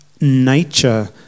nature